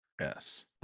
Yes